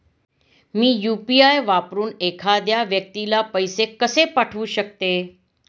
मी UPI वापरून एखाद्या व्यक्तीला पैसे कसे पाठवू शकते?